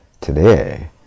today